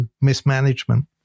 Mismanagement